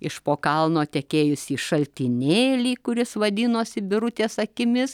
iš po kalno tekėjusį šaltinėlį kuris vadinosi birutės akimis